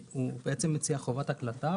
הוא בעצם מציע חובת הקלטה,